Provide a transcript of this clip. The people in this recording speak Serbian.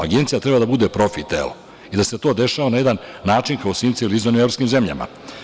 Agencija treba da bude profi telo i da se to dešava na jedan način kao u svim civilizovanim evropskim zemljama.